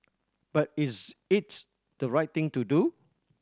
but is it the right thing to do